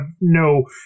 no